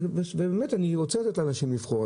באמת אני רוצה לתת לאנשים לבחור,